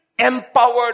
empowered